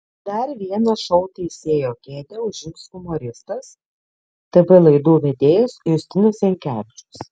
dar vieną šou teisėjo kėdę užims humoristas tv laidų vedėjas justinas jankevičius